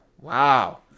wow